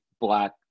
black